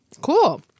cool